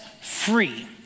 Free